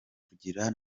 kugira